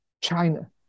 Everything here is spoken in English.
China